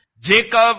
Jacob